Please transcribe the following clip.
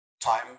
time